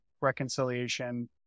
reconciliation